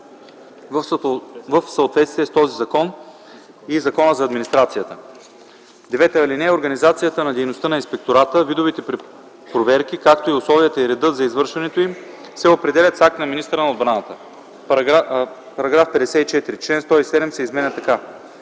в съответствие с този закон и Закона за администрацията. (9) Организацията на дейността на инспектората, видовете проверки, както и условията и редът за извършването им се определят с акт на министъра на отбраната.” § 54. Член 107 се изменя така: